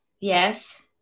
Yes